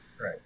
right